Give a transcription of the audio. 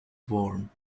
form